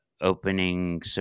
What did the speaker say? opening